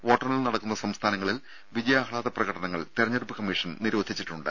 വോട്ടെണ്ണൽ നടക്കുന്ന സംസ്ഥാനങ്ങളിൽ വിജയാഹ്ലാദ പ്രകടനങ്ങൾ തെരഞ്ഞെടുപ്പ് കമ്മീഷൻ നിരോധിച്ചിട്ടുണ്ട്